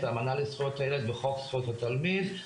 האמנה לזכויות הילד בחוק זכויות התלמיד.